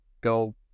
go